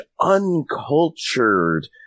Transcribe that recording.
uncultured